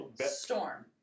Storm